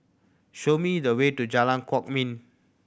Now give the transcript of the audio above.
show me the way to Jalan Kwok Min